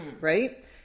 right